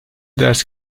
ders